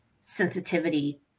sensitivity